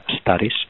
studies